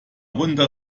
runde